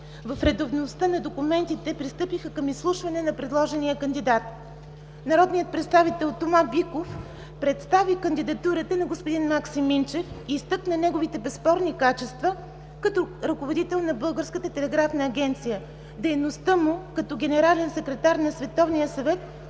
в редовността на документите, пристъпиха към изслушване на предложения кандидат. Народният представител Тома Биков представи кандидатурата на господин Максим Минчев и изтъкна неговите безспорни качества като ръководител на Българската телеграфна агенция, дейността му като генерален секретар на Световния съвет